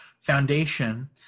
foundation